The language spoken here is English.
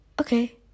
okay